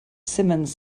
simmons